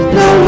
no